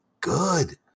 good